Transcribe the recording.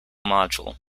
module